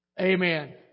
Amen